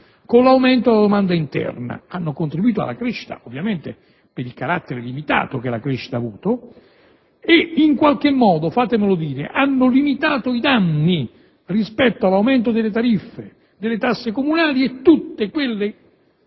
con l'aumento della domanda interna, e hanno contribuito alla crescita, ovviamente, pur nei limiti che la crescita ha avuto e in qualche modo hanno limitato i danni rispetto all'aumento delle tariffe, delle tasse comunali e di tutte quelle